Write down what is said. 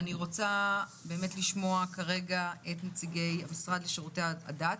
אני רוצה לשמוע את נציג המשרד לשירותי הדת.